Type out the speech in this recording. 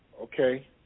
Okay